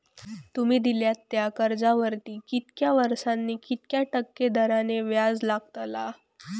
तुमि दिल्यात त्या कर्जावरती कितक्या वर्सानी कितक्या टक्के दराने व्याज लागतला?